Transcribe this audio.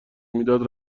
میداد